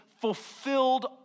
fulfilled